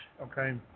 okay